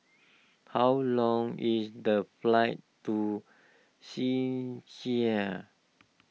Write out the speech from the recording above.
how long is the flight to Czechia